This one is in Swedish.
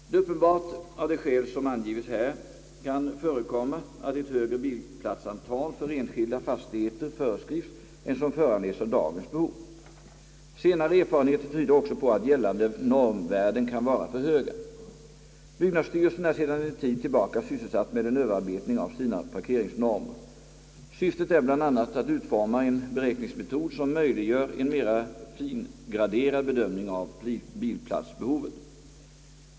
Det är uppenbart att det av skäl som angivits här kan förekomma att ett högre bilplatsantal för enskilda fastigheter föreskrivs än som föranleds av dagens behov. Senare erfarenheter tyder också på att gällande normvärden kan vara för höga. Byggnadsstyrelsen är sedan en tid tillbaka sysselsatt med en överarbetning av sina parkeringsnormer. Syftet är bl.a. att utforma en beräkningsmetod som möjliggör en mera fingraderad bedömning av bilplatsbehovet.